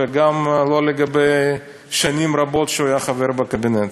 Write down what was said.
וגם לא לגבי השנים הרבות שהוא היה חבר בקבינט.